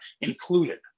included